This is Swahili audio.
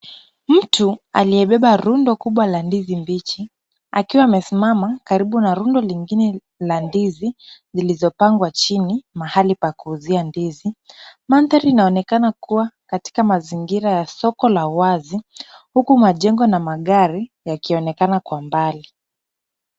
Mtu aliyebeba rundo kubwa la ndizi mbichi akiwa amesimama karibu na rundo lingine la ndizi zilizopangwa chini mahali pa kuuzia ndizi. Mandhari inaonekana kuwa katika mazingira ya soko la wazi huku majengo na magari yakionekana kwa mbali.